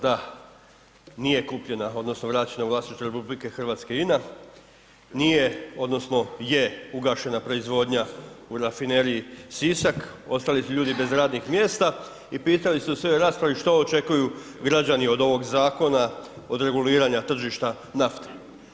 Da, nije kupljena, odnosno vraćena u vlasništvo RH INA, nije odnosno je ugašena proizvodnja u Rafineriji Sisak, ostali su ljudi bez radnih mjesta i pitali su se u raspravi što očekuju građani od ovog zakona, od reguliranja tržišta nafte.